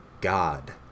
God